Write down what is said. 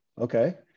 Okay